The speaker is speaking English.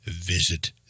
visit